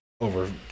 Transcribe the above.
over